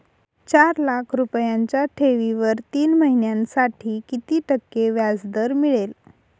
चार लाख रुपयांच्या ठेवीवर तीन महिन्यांसाठी किती टक्के व्याजदर मिळेल?